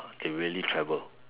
they really travel